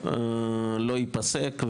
לא ייפסק.